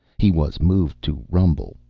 he was moved to rumble,